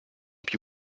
più